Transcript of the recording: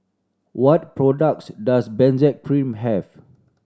what products does Benzac Cream have